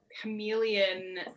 chameleon